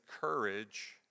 courage